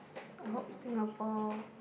I hope Singapore